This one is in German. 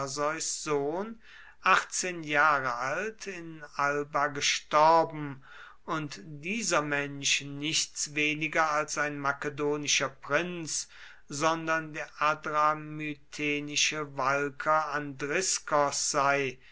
achtzehn jahre alt in alba gestorben und dieser mensch nichts weniger als ein makedonischer prinz sondern der adramytenische walker andriskos sei